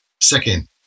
Second